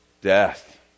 Death